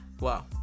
Wow